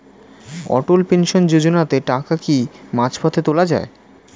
অটল pension যোজনাতে টাকা কি মাঝপথে তোলা যায়?